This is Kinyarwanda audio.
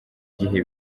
gihe